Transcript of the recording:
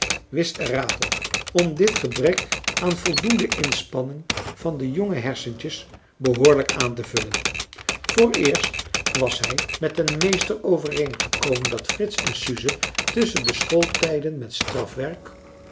wist er raad op om dit gebrek aan voldoende inspanning van de jonge hersentjes behoorlijk aan te vullen vooreerst was hij met den meester overeengekomen dat frits en suze tusschen de schooltijden met strafwerk